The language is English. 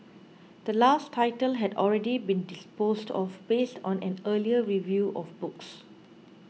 the last title had already been disposed off based on an earlier review of books